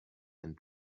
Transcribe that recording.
and